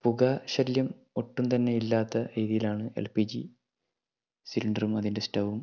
പുക ശല്യം ഒട്ടും തന്നെ ഇല്ലാത്ത രീതിയിലാണ് എൽ പി ജി സിലിണ്ടറും അതിൻ്റെ സ്റ്റൌവ്വും